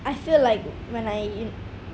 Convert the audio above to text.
I feel like when I